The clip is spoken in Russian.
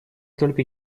только